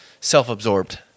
self-absorbed